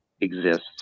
exists